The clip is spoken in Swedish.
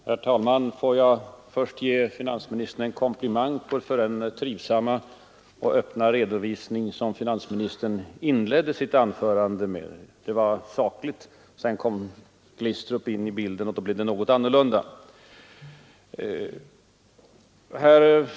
Herr talman! Låt mig först ge finansministern en komplimang för den trivsamma och öppna redovisning som finansministern inledde sitt anförande med. Den var saklig. Sedan kom Glistrup in i bilden, och då fick anförandet en annan karaktär.